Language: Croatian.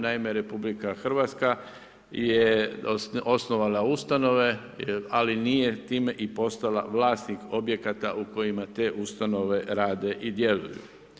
Naime RH je osnovala ustanove ali nije time i postala vlasnik objekata u kojima te ustanove rade i djeluju.